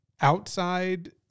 outside